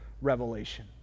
revelation